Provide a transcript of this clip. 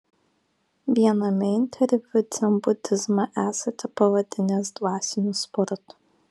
viename interviu dzenbudizmą esate pavadinęs dvasiniu sportu